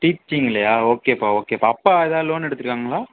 டீச்சிங்குலையா ஓகேப்பா ஓகேப்பா அப்பா ஏதாவது லோன் எடுத்திருக்காங்களா